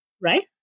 right